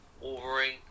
Wolverine